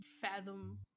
fathom